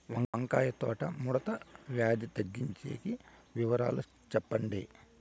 వంకాయ తోట ముడత వ్యాధి తగ్గించేకి వివరాలు చెప్పండి?